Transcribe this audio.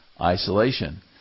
isolation